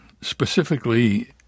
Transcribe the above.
specifically